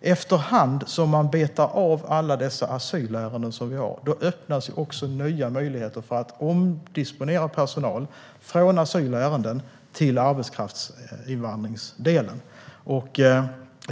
Efter hand som man betar av alla dessa asylärenden vi har öppnas också nya möjligheter att omdisponera personal från asylärenden till arbetskraftsinvandringsdelen.